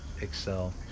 excel